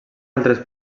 altres